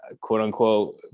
quote-unquote